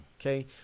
Okay